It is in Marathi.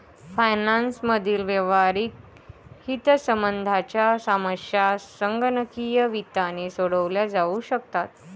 फायनान्स मधील व्यावहारिक हितसंबंधांच्या समस्या संगणकीय वित्ताने सोडवल्या जाऊ शकतात